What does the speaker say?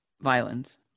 violence